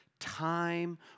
time